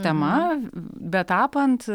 tema betapant